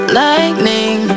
lightning